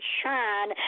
shine